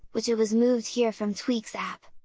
which it was moved here from tweaks app!